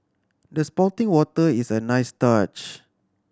the spouting water is a nice touch